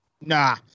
Nah